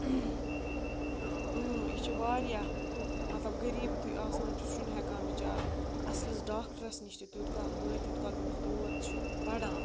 یہِ چھُ واریاہ مَطلب غریٖب یتھُے آسان چھُنہٕ ہٮ۪کان بِچارٕ اَصلِس ڈاکٹرس نِش تہِ تیوٗت کال وٲتِتھ یوٗت کال تٔمِس دود چھُ بَڑان